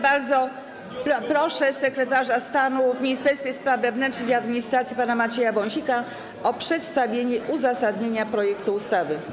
Bardzo proszę sekretarza stanu w Ministerstwie Spraw Wewnętrznych i Administracji pana Macieja Wąsika o przedstawienie uzasadnienia projektu ustawy.